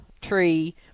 tree